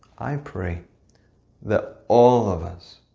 i pray that all of us,